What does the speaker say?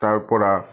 তাৰপৰা